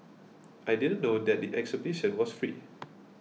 I didn't know that the exhibition was free